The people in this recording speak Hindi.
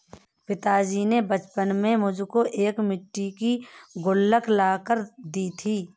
पिताजी ने बचपन में मुझको एक मिट्टी की गुल्लक ला कर दी थी